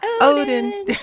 Odin